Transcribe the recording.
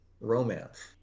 romance